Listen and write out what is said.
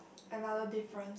another difference